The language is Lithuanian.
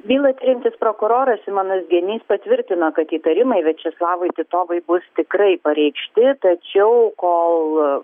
bylą tiriantis prokuroras simonas genys patvirtino kad įtarimai viačeslavui titovui bus tikrai pareikšti tačiau kol